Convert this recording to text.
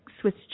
Swiss